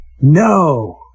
No